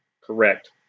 correct